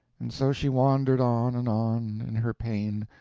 and so she wandered on and on, in her pain,